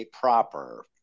proper